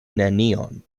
nenion